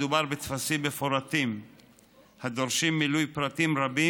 מדובר בטפסים מפורטים הדורשים מילוי פרטים רבים